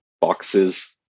boxes